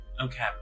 Okay